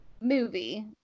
movie